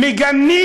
מגנים,